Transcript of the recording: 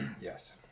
yes